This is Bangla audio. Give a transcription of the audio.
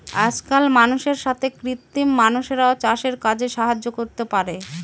আজকাল মানুষের সাথে কৃত্রিম মানুষরাও চাষের কাজে সাহায্য করতে পারে